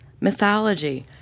mythology